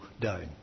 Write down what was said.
down